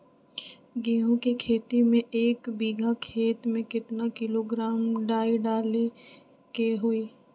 गेहूं के खेती में एक बीघा खेत में केतना किलोग्राम डाई डाले के होई?